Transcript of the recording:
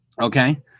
Okay